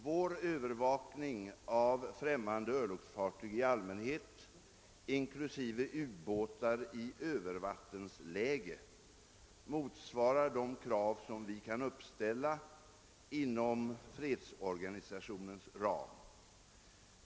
Vår övervakning av främmande örlogsfartyg i allmänhet, inklusive ubåtar i Öövervattensläge, motsvarar de krav som vi kan uppställa inom fredsorganisationens ram.